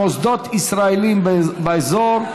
מוסדות ישראליים באזור),